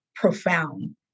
profound